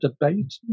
debate